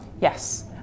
Yes